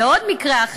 בעוד מקרה,